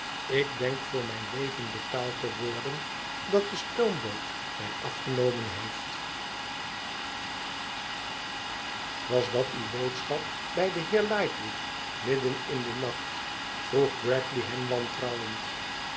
ik denk voor mijn leven betaald te worden dat de stoomboot mij afgenomen heeft is de duisternis was dat uwe boodschap bij den heer lightwood midden in den nacht vroeg bradley hem wantrouwend